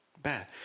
bad